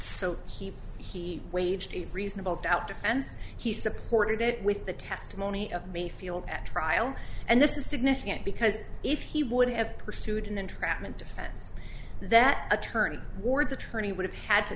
so he he waged a reasonable doubt defense he supported it with the testimony of mayfield at trial and this is significant because if he would have pursued an entrapment defense that attorney ward's attorney would have had to